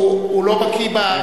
הוא לא בקי בשאלות ששאלת.